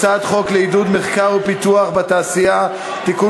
הצעת חוק לעידוד מחקר ופיתוח בתעשייה (תיקון